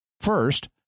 First